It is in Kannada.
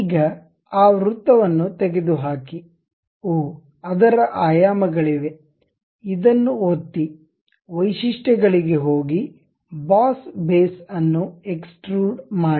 ಈಗ ಆ ವೃತ್ತವನ್ನು ತೆಗೆದುಹಾಕಿ ಓಹ್ ಅದರ ಆಯಾಮಗಳಿವೆ ಇದನ್ನು ಒತ್ತಿ ವೈಶಿಷ್ಟ್ಯಗಳಿಗೆ ಹೋಗಿ ಬಾಸ್ ಬೇಸ್ ಅನ್ನು ಎಕ್ಸ್ಟ್ರುಡ್ ಮಾಡಿ